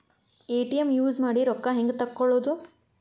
ATM use ಮಾಡಿ ರೊಕ್ಕ ಹೆಂಗೆ ತಕ್ಕೊಳೋದು?